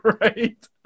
Right